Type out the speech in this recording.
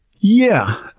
yeah,